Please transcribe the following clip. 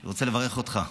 אני רוצה לברך אותך.